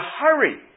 hurry